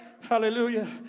hallelujah